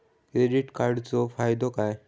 Credit कार्डाचो फायदो काय?